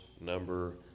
number